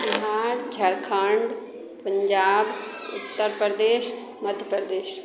Bihar Jharkhand Punjab Uttar Pradesh Madhya Pradesh